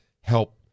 help